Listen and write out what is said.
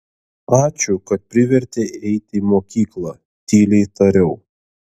ačiū kad privertei eiti į mokyklą tyliai tariau